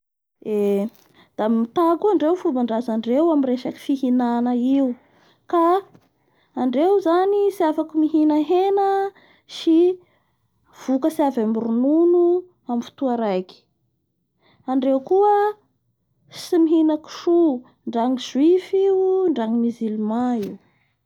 Eee da mita koa andreo ny fombandrazandreo amin'ny resaky fihinanan io ka andreo zany tsy afaky mihina hena sy vokatsy avy amin'ny ronono amin'ny fotoa raiky andreo koa tsy mihina koso ndra ny juify io ndra ny musuman io